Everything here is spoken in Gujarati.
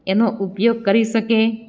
એનો ઉપયોગ કરી શકે